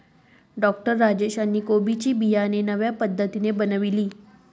doctor Rajesh यांनी कोबी ची बियाणे नव्या पद्धतीने बनवली